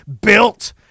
built